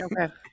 Okay